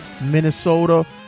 Minnesota